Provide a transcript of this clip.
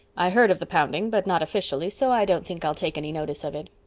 i heard of the pounding, but not officially, so i don't think i'll take any notice of it.